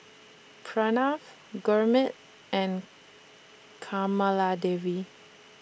Pranav Gurmeet and Kamaladevi